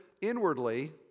inwardly